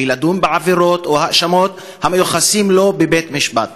בלי לדון בעבירות או בהאשמות המיוחסות לו בבית-משפט.